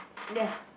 ya